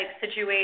situation